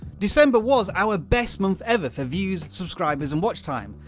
december was our best month ever for views, subscribers and watch time.